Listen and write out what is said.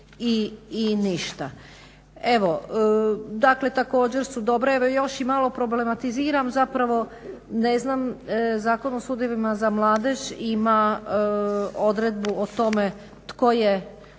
i ništa. Evo, dakle također su dobre, evo još i malo problematiziram zapravo, ne znam Zakon o sudevima za mladež ima odredbu o tome tko je